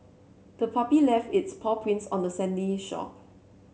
the puppy left its paw prints on the sandy shore